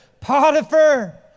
Potiphar